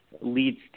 leads